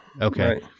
okay